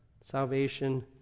salvation